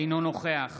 אינו נוכח